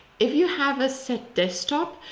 if you have a set desktop,